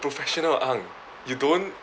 professional ang you don't